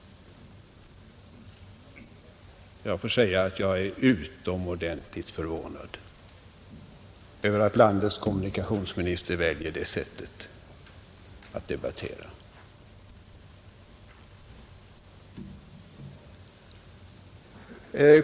Jag får säga att jag är utomordentligt förvånad över att landets kommunikationsminister väljer det sättet att debattera.